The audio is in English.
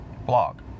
blog